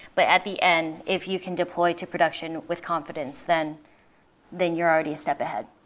but at the end, if you can deploy to production with confidence, then then you're already a step ahead